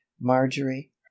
marjorie